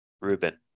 Ruben